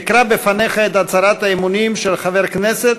אקרא בפניך את הצהרת האמונים של חבר הכנסת,